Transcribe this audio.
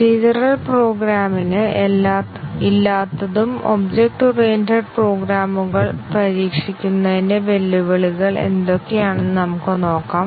procedural പ്രോഗ്രാമിന് ഇല്ലാത്തതും object oriented പ്രോഗ്രാമുകൾ പരീക്ഷിക്കുന്നതിന്റെ വെല്ലുവിളികൾ എന്തൊക്കെയാണെന്ന് നമുക്ക് നോക്കാം